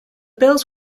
bills